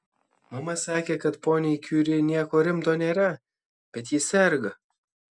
mama sakė kad poniai kiuri nieko rimto nėra bet ji serga